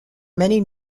many